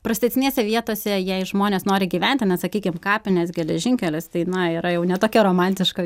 prastesnėse vietose jei žmonės nori gyventi na sakykim kapinės geležinkelis tai na yra jau ne tokia romantiška